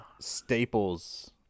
staples